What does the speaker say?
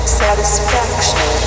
satisfaction